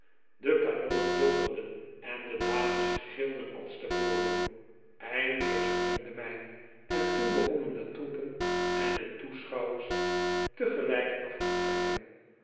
de kanonnen bulderden en de dames gilden als tevoren eindelijk sprong de mijn en toen begonnen de troepen en de toeschouwers tegelijk af te trekken